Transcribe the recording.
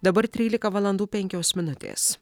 dabar trylika valandų penkios minutės